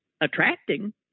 attracting